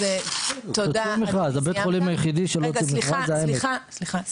בית החולים היחידי שלא הוציא מכרז זה בית חולים העמק.